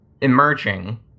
Emerging